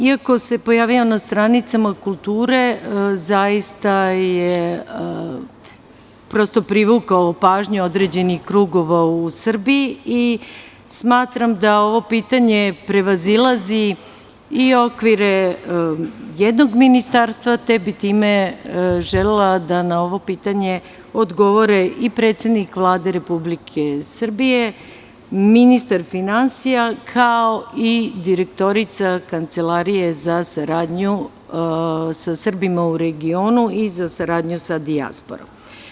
Iako se pojavio na stranicama kulture, prosto je privukao pažnju određenih krugova u Srbiji i smatram da ovo pitanje prevazilazi i okvire jednog ministarstva, te bih time želela da na ovo pitanje odgovore i predsednik Vlade Republike Srbije, ministar finansija kao i direktorica Kancelarije za saradnju sa Srbima u regionu i za saradnju sa dijasporom.